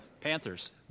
Panthers